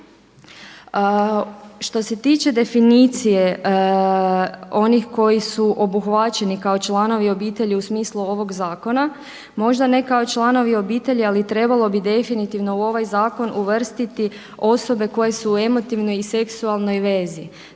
Što se tiče definicije onih koji su obuhvaćeni kao članovi obitelji u smislu ovog zakona možda ne kao članovi obitelji, ali trebalo bi definitivno u ovaj zakon uvrstiti osobe koje su u emotivnoj i seksualnoj vezi.